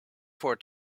for